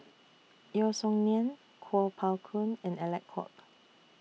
Yeo Song Nian Kuo Pao Kun and Alec Kuok